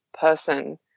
person